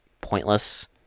pointless